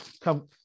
come